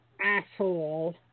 Asshole